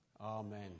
Amen